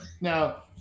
Now